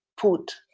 put